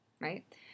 right